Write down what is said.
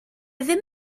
ddim